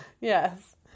Yes